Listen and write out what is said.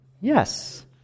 Yes